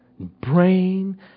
brain